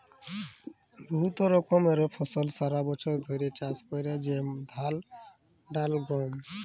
বহুত রকমের ফসল সারা বছর ধ্যরে চাষ ক্যরা হয় যেমল ধাল, ডাল, গম